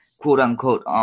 quote-unquote